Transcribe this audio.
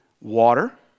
water